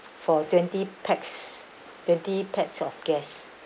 for twenty pax twenty pax of guest